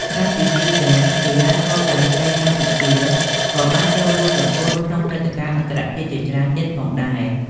ក្រៅពីស៊ីហ្គេម កីឡាករការ៉ាតេកម្ពុជាក៏បានចូលរួមប្រកួតក្នុងព្រឹត្តិការណ៍អន្តរជាតិជាច្រើនទៀតផងដែរ។